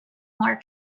more